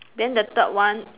then the third one